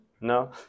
No